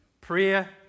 Prayer